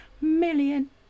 million